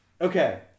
Okay